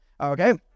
Okay